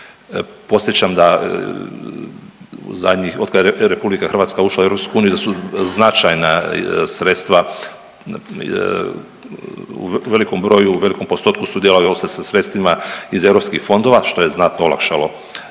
podsjećam da zadnjih, od kad je RH ušla EU da su značajna sredstva u velikom broju, u velikom postotku sudjelovali odnosno sa sredstvima iz europskih fondova što je znatno olakšalo